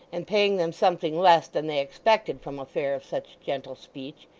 and paying them something less than they expected from a fare of such gentle speech,